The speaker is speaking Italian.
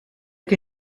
che